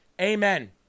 Amen